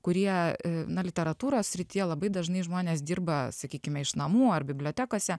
kurie na literatūros srityje labai dažnai žmonės dirba sakykime iš namų ar bibliotekose